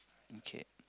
okay